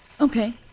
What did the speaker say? Okay